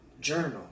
journal